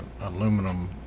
aluminum